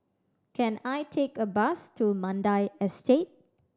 can I take a bus to Mandai Estate